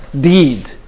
deed